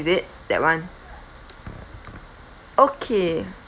that one okay